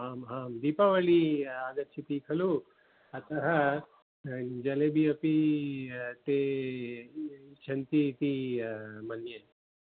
आम् आं दीपावलिः आगच्छति खलु अतः जलेबि अपि ते इच्छन्ति इति मन्ये